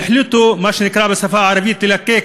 והחליטו מה שנקרא בשפה הערבית "ללקק"